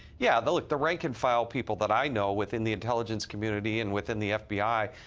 yeah the like the rank and file people that i know within the intelligence community and within the fbi,